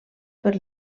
per